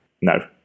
No